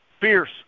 fierce